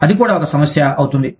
అది కూడా ఒక సమస్య అవుతుంది